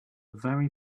very